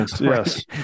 Yes